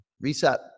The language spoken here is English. Reset